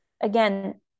again